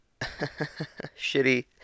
shitty